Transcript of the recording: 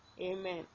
amen